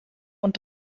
und